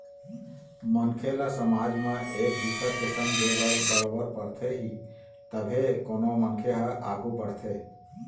मनखे ल समाज म एक दुसर के संग दे बर बरोबर परथे ही तभे कोनो मनखे ह आघू बढ़थे